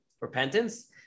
repentance